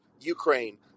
Ukraine